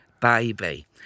Baby